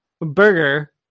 burger